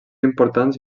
importants